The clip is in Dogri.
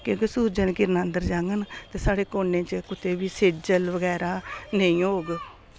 क्योंकि सुरजै दियां किरणां अंदर जाङन ते साढ़े कोने च कुतै बी सेजल बगैरा नेईं होग